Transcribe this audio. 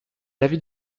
l’avis